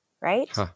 right